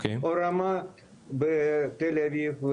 או רמה בתל אביב,